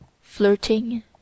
flirting